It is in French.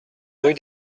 rue